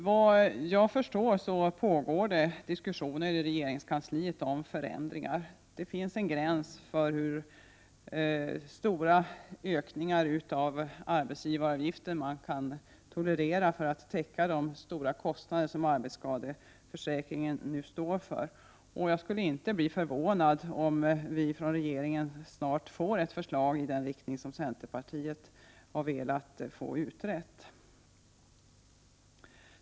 Som jag förstår pågår det diskussioner i regeringskansliet om förändringar. Det finns en gräns för hur stora ökningar av arbetsgivaravgiften som kan tolereras för att täcka de stora kostnader som arbetsskadeförsäkringen nu står för. Jag skulle inte bli förvånad om vi från regeringen snart får ett förslag som går i den riktningen som centerpartiet har velat förespråka.